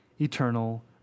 eternal